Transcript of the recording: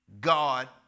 God